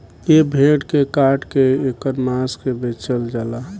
ए भेड़ के काट के ऐकर मांस के बेचल जाला